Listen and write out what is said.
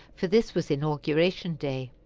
for this was inauguration day.